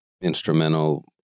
instrumental